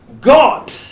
God